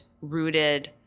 rooted